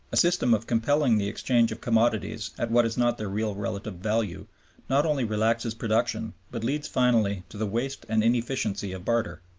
a system of compelling the exchange of commodities at what is not their real relative value not only relaxes production, but leads finally to the waste and inefficiency of barter.